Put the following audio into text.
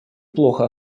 плохо